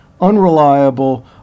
unreliable